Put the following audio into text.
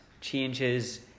changes